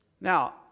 Now